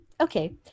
Okay